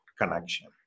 connection